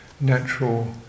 natural